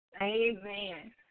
Amen